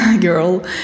girl